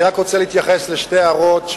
אני רק רוצה להתייחס לשתי הערות,